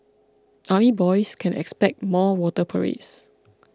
army boys can expect more water parades